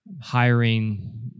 hiring